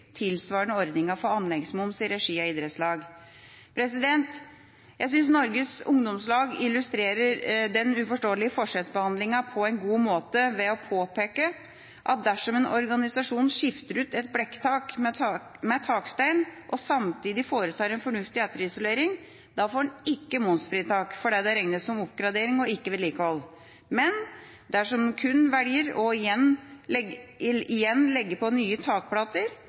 tilsvarende ordningen for anleggsmoms i regi av idrettslag. Jeg synes Noregs Ungdomslag illustrerer den uforståelige forskjellsbehandlingen på en god måte ved å påpeke at dersom en organisasjon skifter ut et blikktak med takstein og samtidig foretar en fornuftig etterisolering, da får en ikke momsfritak, fordi det regnes som oppgradering og ikke vedlikehold. Men dersom en kun legger på igjen